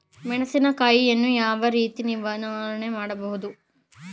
ಮೆಣಸಿನಕಾಯಿಯನ್ನು ಯಾವ ರೀತಿ ನಿರ್ವಹಣೆ ಮಾಡಬಹುದು?